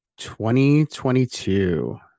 2022